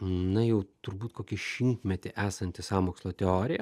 na jau turbūt kokį šimtmetį esanti sąmokslo teorija